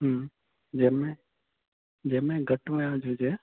जंहिं में जंहिं में घटि वियाजु हुजे